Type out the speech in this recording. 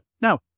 Now